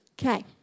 Okay